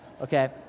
okay